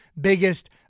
biggest